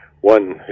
one